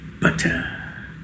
butter